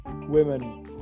women